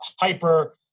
hyper